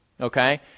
okay